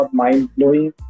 mind-blowing